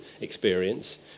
experience